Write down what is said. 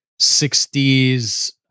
60s